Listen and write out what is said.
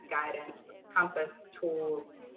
guidance, compass, tools,